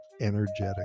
energetic